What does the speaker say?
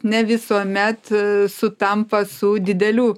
ne visuomet sutampa su didelių